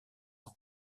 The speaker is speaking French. ans